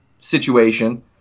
situation